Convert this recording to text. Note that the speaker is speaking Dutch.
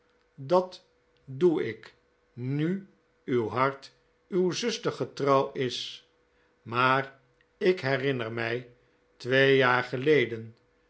dat doc ik nu uw hart uw zustcr gctrouw is maar ik hcrinncr mij twee jaar gelcden